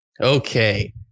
Okay